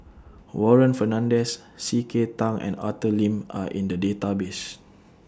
Warren Fernandez C K Tang and Arthur Lim Are in The Database